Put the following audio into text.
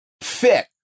fit